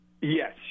Yes